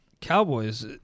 Cowboys